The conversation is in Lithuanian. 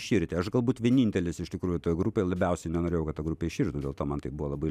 iširti aš galbūt vienintelis iš tikrųjų toj grupėj labiausiai nenorėjau kad ta grupė iširtų dėl to man tai buvo labai